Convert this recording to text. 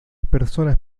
personas